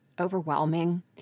overwhelming